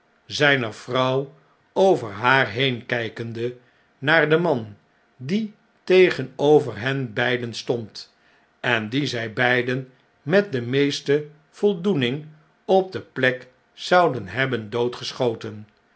zn'ner vrouw over haar heen kn'kende naar den man die tegenover hen beiden stond en dien zh beiden met de meeste voldoening op de plek zouden hebben doodgeschoten